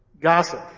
Gossip